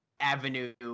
Avenue